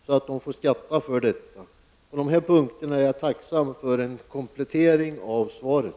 På dessa punkter är jag tacksam för en komplettering av svaret.